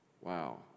wow